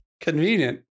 Convenient